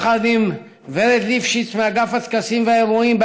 יחד עם גב' ליפשיץ מאגף הטקסים והאירועים,